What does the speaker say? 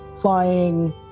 flying